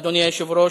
אדוני היושב-ראש,